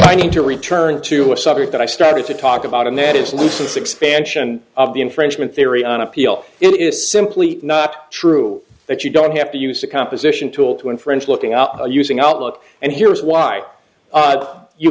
i need to return to a subject that i started to talk about and that is lisa's expansion of the infringement theory on appeal it is simply not true that you don't have to use a composition tool to infringe looking out using outlook and here is why